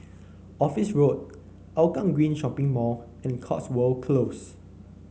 Office Road Hougang Green Shopping Mall and Cotswold Close